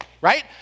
right